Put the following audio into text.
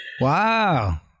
wow